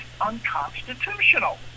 unconstitutional